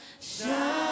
shine